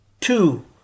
Two